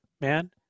man